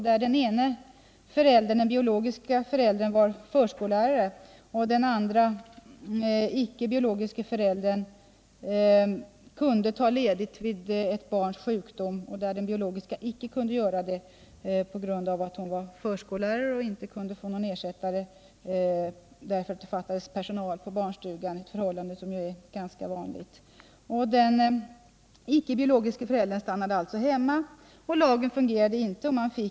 Den biologiska föräldern var lärare och den icke-biologiska föräldern kunde ta ledigt vid ett barns sjukdom då den biologiska föräldern icke kunde göra det - hon var förskollärare och kunde inte få någon ersättare på grund av att det fattades personal på barnstugan; ett förhållande som tyvärr är ganska vanligt. Den icke-biologiska föräldern stannade därför hemma hos det sjuka barnet, men lagen fungerade inte tillfredsställande.